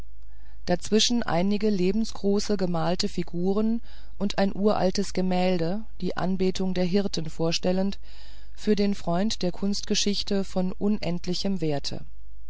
dazwischen einige lebensgroße gemalte figuren und ein uraltes gemälde die anbetung der hirten vorstellend für den freund der kunstgeschichte von unendlichem werte